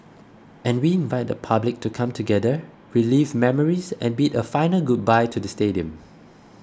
and we invite the public to come together relive memories and bid a final goodbye to the stadium